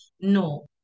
No